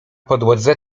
podłodze